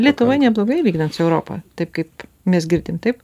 lietuvoj neblogai lyginant su europa taip kaip mes girdim taip